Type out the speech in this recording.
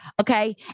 okay